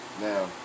Now